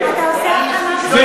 אתה עושה הבחנה,